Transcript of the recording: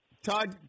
Todd